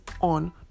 on